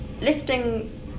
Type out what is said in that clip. lifting